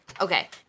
Okay